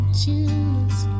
choose